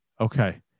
Okay